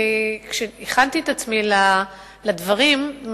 חייבת לומר בפתח דברי שהגישה שלי